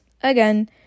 again